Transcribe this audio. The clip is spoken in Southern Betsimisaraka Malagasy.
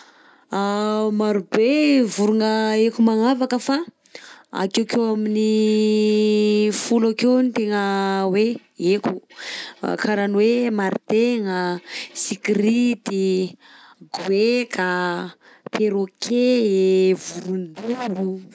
Maro be vorogna haiko magnavaka fa akeokeo eo amin'ny folo akeo no tegna hoe haiko, karaha ny hoe maritaigna, sikrity, goaika, perroquet, vorondolo.